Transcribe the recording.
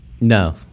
No